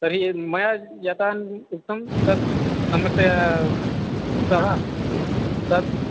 तर्हि मया यत न् उक्तं तद् सम्यक्तया श्रुतं तद्